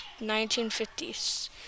1950s